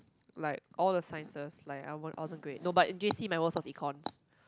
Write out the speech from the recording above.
like all the Sciences like I won't other grade no but J_C my worst was eEcons